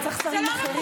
מי אתה בכלל?